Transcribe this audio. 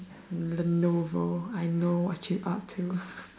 Lenovo I know what you up to